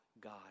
God